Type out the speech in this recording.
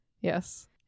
Yes